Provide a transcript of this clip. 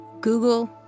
Google